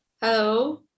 hello